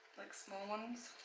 like small ones,